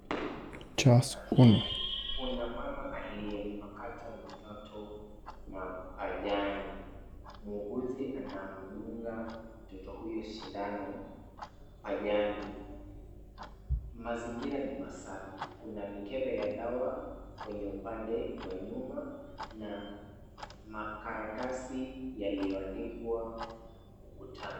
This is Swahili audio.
Kwenye kituo hiki cha afya, kuna mama aliyempakata mtoto mapajani. Muuguzi anamdunga mtoto huyo sindano majani. Mazingira ni safi. Kuna mikebe ya dawa kwenye upande wa nyuma na makaratasi yaliyo andikwa ukutani.